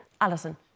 Alison